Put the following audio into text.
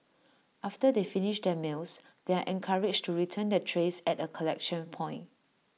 after they finish their meals they are encouraged to return their trays at A collection point